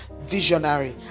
visionary